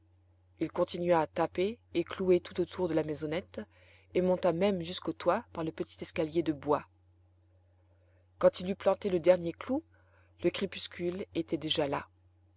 il continua à taper et clouer tout autour de la maisonnette et monta même jusqu'au toit par le petit escalier de bois quand il eut planté le dernier clou le crépuscule était déjà là